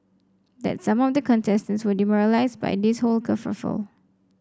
that some of the contestants were demoralised by this whole kerfuffle